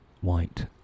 white